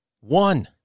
One